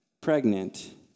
Pregnant